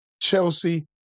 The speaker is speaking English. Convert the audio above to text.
Chelsea